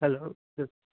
hello